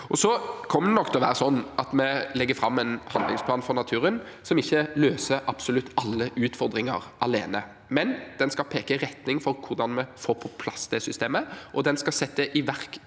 Det kommer nok til å være sånn at vi legger fram en handlingsplan for naturen som ikke løser absolutt alle utfordringer alene, men den skal peke retning for hvordan vi får på plass det systemet, og den skal sette i verk